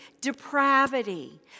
depravity